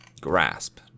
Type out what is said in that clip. grasp